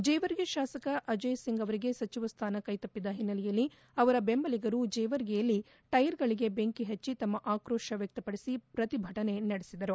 ಜೇವರ್ಗಿ ಶಾಸಕ ಅಜಯ್ ಸಿಂಗ್ ಅವರಿಗೆ ಸಚಿವ ಸ್ನಾನ ಕೈತಪ್ಪಿದ ಹಿನ್ನೆಲೆಯಲ್ಲಿ ಅವರ ಬೆಂಬಲಿಗರು ಜೇವರ್ಗಿಯಲ್ಲಿ ಟೈರ್ಗಳಿಗೆ ಬೆಂಕಿ ಪಚ್ಚಿ ತಮ್ನ ಆಕ್ರೋಶ ವ್ಯಕ್ತಪಡಿಸಿ ಪ್ರತಿಭಟನೆ ನಡೆಸಿದರು